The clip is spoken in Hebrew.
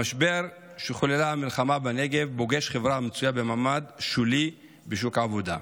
המשבר שחוללה המלחמה בנגב פוגש חברה המצויה במעמד שולי בשוק העבודה.